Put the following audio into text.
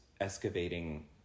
excavating